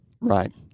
right